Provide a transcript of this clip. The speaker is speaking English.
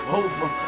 over